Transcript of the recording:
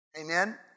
Amen